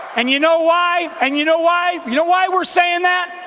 and you know why. and you know why. you know why we're saying that?